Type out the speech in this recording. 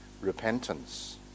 repentance